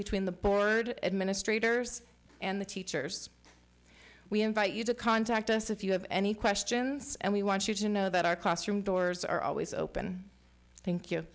between the board administrators and the teachers we invite you to contact us if you have any questions and we want you to know that our classroom doors are always open thank you